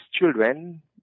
children